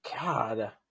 God